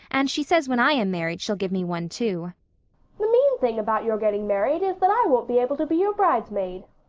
and she says when i am married she'll give me one, too. the mean thing about your getting married is that i won't be able to be your bridesmaid,